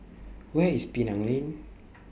Where IS Penang Lane